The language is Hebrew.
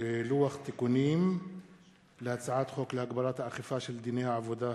לוח תיקונים להצעת חוק להגברת האכיפה של דיני העבודה,